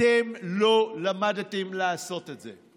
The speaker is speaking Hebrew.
אתם לא למדתם לעשות את זה.